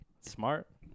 Smart